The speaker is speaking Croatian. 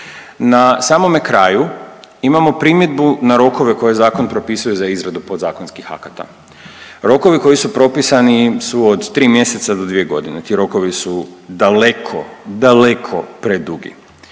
Na samome kraju imamo primjedbu na rokove koje zakon propisuje za izradu podzakonskih akata. Rokovi koji su propisani su od 3 mjeseca do 2 godine. Ti rokovi su daleko, daleko predugi.